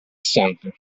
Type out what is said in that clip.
sempre